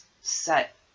set